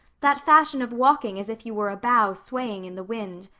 that fashion of walking as if you were bough swaying in the wind.